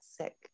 sick